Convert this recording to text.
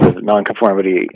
nonconformity